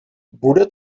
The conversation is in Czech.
bude